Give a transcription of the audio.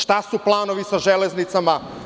Šta su planovi sa „Železnicama“